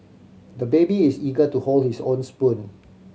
the baby is eager to hold his own spoon